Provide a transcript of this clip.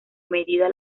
medida